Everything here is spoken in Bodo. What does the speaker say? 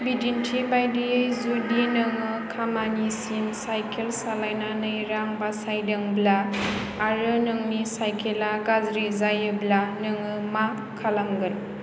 बिदिन्थि बायदियै जुदि नोङो खामानिसिम सायखेल सालायनानै रां बासायदोंब्ला आरो नोंनि सायखेला गाज्रि जायोब्ला नोङो मा खालामगोन